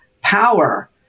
power